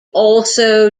also